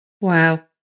Wow